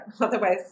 Otherwise